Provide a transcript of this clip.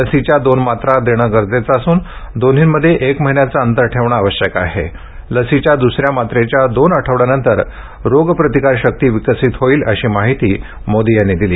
लसीच्या दोन मात्रा देणे गरजेचं असून दोन्हीमध्ये एक महिन्याचे अंतर ठेवणे आवश्यक असून लसीच्या द्सऱ्या मात्रेच्या दोन आठवड्यांनंतर रोग प्रतिकारशक्ती विकसित होईल अशीही माहिती मोदी यांनी यावेळी दिली